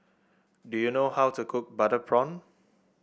do you know how to cook Butter Prawn